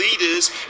leaders